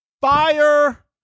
Fire